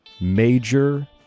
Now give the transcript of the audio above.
major